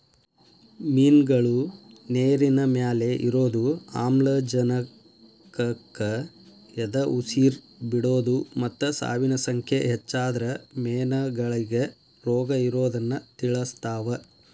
ಮಿನ್ಗಳು ನೇರಿನಮ್ಯಾಲೆ ಇರೋದು, ಆಮ್ಲಜನಕಕ್ಕ ಎದಉಸಿರ್ ಬಿಡೋದು ಮತ್ತ ಸಾವಿನ ಸಂಖ್ಯೆ ಹೆಚ್ಚಾದ್ರ ಮೇನಗಳಿಗೆ ರೋಗಇರೋದನ್ನ ತಿಳಸ್ತಾವ